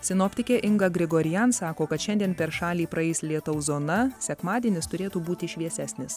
sinoptikė inga grigorjanc sako kad šiandien per šalį praeis lietaus zona sekmadienis turėtų būti šviesesnis